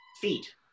feet